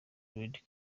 red